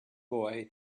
boy